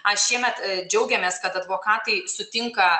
a šiemet džiaugiamės kad advokatai sutinka